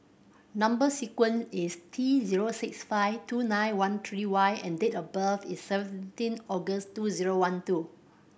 number sequence is T zero six five two nine one three Y and date of birth is seventeen August two zero one two